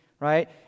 right